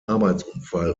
arbeitsunfall